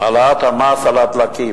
העלאת המס על הדלקים,